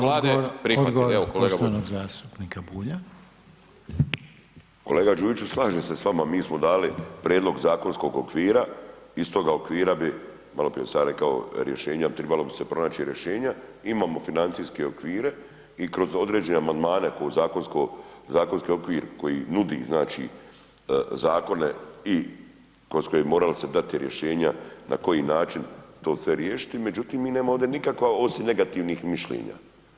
Kolega Đujiću slažem se s vama, mi smo dali prijedlog zakonskog okvira, iz toga okvira bi malo prije sam rekao rješenjem, tribalo bi se pronaći rješenja, imamo financijske okvire i kroz određene amandmane kroz zakonski okvir koji nudi znači zakone i kroz koji morali bi se dati rješenja na koji način to sve riješiti, međutim mi nemamo ovde osim negativnih mišljenja.